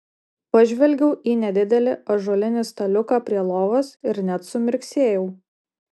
pažvelgiau į nedidelį ąžuolinį staliuką prie lovos ir net sumirksėjau